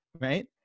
Right